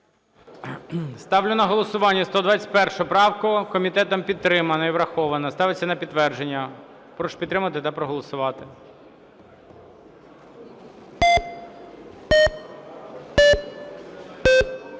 Ставлю на голосування 121 правку. Комітетом підтримана і врахована. Ставиться на підтвердження. Прошу підтримати та проголосувати.